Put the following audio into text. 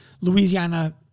Louisiana